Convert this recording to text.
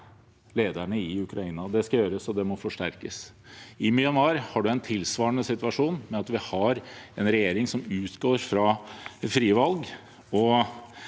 Det skal gjøres, og det må forsterkes. I Myanmar har man en tilsvarende situasjon ved at vi har en regjering som utgår fra frie valg,